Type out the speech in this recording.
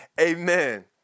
Amen